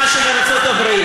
את הדוגמה של ארצות הברית?